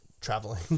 traveling